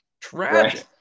Tragic